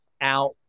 out